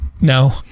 no